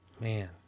Man